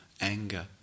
anger